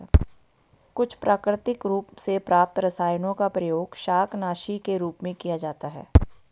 कुछ प्राकृतिक रूप से प्राप्त रसायनों का प्रयोग शाकनाशी के रूप में किया जाता है